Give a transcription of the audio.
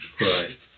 Right